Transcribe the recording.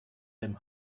dem